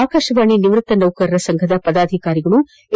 ಆಕಾಶವಾಣಿ ನಿವೃತ್ತ ನೌಕರರ ಸಂಘದ ಪದಾಧಿಕಾರಿಗಳು ಹೆ